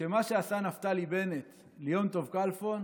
כשמה שעשה נפתלי בנט ליום טוב כלפון